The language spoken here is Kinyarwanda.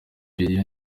liberia